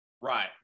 Right